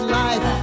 life